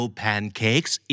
pancakes